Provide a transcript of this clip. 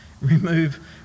Remove